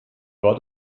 war